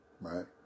right